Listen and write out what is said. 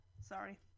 Sorry